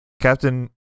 Captain